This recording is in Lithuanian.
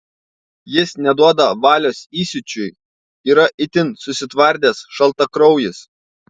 jis neduoda valios įsiūčiui yra itin susitvardęs šaltakraujis